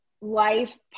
life